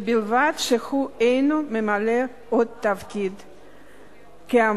ובלבד שהוא אינו ממלא עוד תפקיד כאמור.